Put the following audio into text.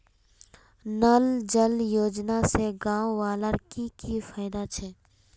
नल जल योजना से गाँव वालार की की फायदा छे?